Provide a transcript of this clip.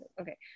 Okay